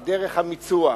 על דרך המיצוע,